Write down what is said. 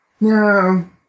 No